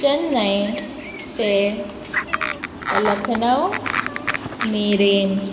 चेन्नइ ते लखनव मेरेन